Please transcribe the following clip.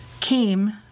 came